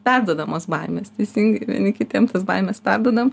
perduodamos baimės teisingi vieni kitiem tas baimes perduodam